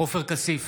עופר כסיף,